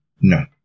No